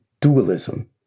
dualism